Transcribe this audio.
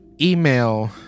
email